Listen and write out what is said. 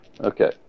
Okay